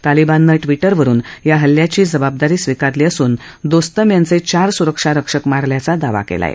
तालिबाननं ट्विटरवरुन या हल्ल्याची जबाबदारी स्वीकारली असून दोस्तम यांचे चार सुरक्षा रक्षक मारल्याचा दावा केला आहे